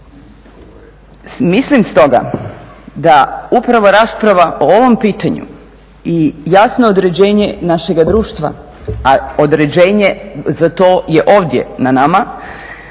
Mislim stoga da upravo rasprava o ovom pitanju i jasno određenje našega društva, a određenje za to je ovdje na nama,